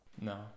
No